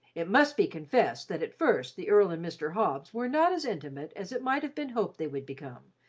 it must be confessed that at first the earl and mr. hobbs were not as intimate as it might have been hoped they would become,